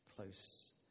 close